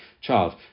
child